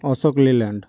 Ashok Leyland